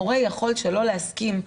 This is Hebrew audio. הורה יכול שלא להסכים,